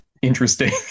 Interesting